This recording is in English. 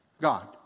God